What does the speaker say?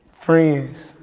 friends